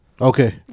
Okay